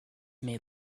may